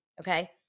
Okay